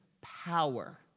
power